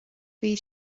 bhí